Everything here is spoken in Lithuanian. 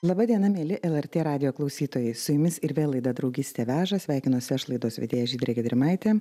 laba diena mieli lrt radijo klausytojai su jumis ir vėl laida draugystė veža sveikinuosi aš laidos vedėja žydrė gedrimaitė